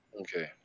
Okay